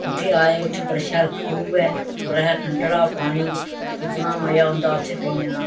उत्थें आऐ उत्थें बड़े शैल खूह् ऐ बड़ा ठंडला पानी इतना मज़ा होंदा उत्थें पीने दा